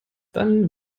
dann